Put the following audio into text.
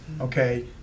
okay